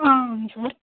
అవును సార్